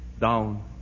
down